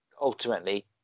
ultimately